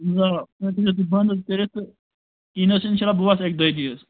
آ یہِ تھٲیِزیٚو تُہۍ بَنٛد حظ کٔرِتھ تہٕ کِہیٖنۍ نہٕ حظ چھِ اِنشاء اللہ بہٕ وَسہٕ اَکہِ دۄیہِ دُہۍ حظ